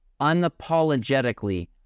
unapologetically